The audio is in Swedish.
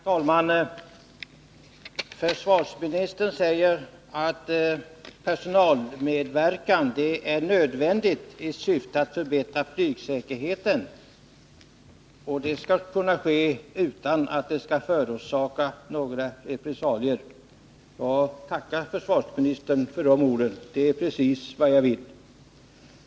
Herr talman! Försvarsministern säger att personalmedverkan är nödvändig i syfte att förbättra flygsäkerheten, och det skall kunna ske utan att det förorsakar några repressalier. Jag tackar försvarsministern för de orden — det är precis vad jag vill.